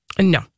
no